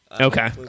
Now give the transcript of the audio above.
Okay